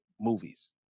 movies